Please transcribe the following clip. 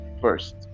first